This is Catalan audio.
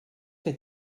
que